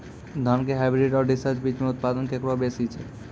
धान के हाईब्रीड और रिसर्च बीज मे उत्पादन केकरो बेसी छै?